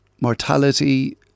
mortality